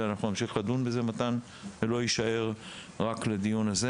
אז זה מה שנעשה וזה לא יסתיים רק בדיון הזה.